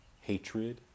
hatred